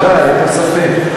בוודאי, ללא ספק.